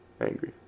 angry